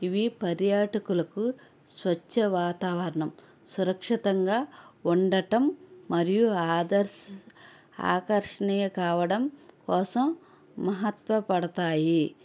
ఇవి పర్యాటకులకు స్వచ్ఛ వాతావరణం సురక్షితంగా ఉండటం మరియు ఆదర్శ్ ఆకర్షణీయ కావడం కోసం మహత్వపడతాయి